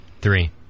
three